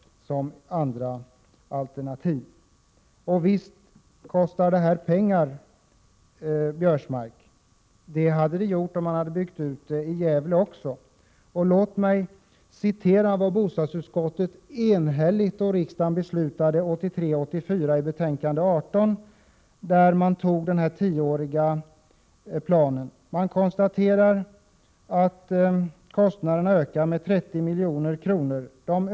Visst kostar detta pengar, Karl-Göran Biörsmark. Det hade det gjort även om man hade byggt ut denna verksamhet i Gävle. Låt mig citera vad bostadsutskottet enhälligt skrev i sitt betänkande 1983/84:18 och som riksdagen också fattade beslut om. Då antogs den tioåriga planen. Utskottet skrev följande: ”Detta medför att kostnaderna för verksamheten ökar med i genomsnitt nästan 30 milj.kr. per år.